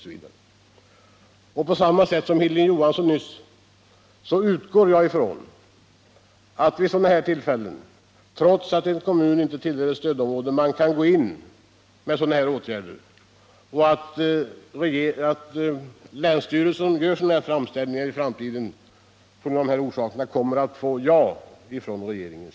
I likhet med vad Hilding Johansson anförde alldeles nyss utgår även jag ifrån att man vid de tillfällen då kriser uppstår kan gå in med stödåtgärder, trots att en kommun inte tillhör stödområde, liksom att länsstyrelserna när de gör framställningar i de här avseendena kommer att få dem beviljade av regeringen.